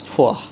!wah!